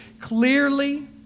clearly